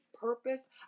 purpose